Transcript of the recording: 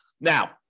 Now